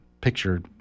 picture